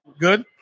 good